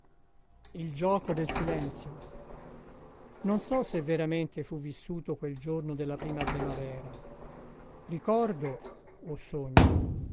il gioco del silenzio non so se veramente fu vissuto quel giorno della prima primavera ricordo o sogno